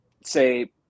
say